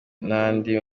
n’abandi